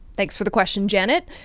thanks for the question, janet.